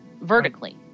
vertically